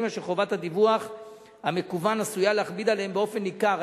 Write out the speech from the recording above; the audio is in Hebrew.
אשר חובת הדיווח המקוון עשויה להכביד עליהם באופן ניכר.